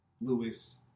Lewis